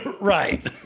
right